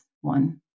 one